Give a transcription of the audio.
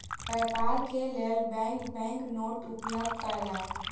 व्यापार के लेल बैंक बैंक नोट उपलब्ध कयलक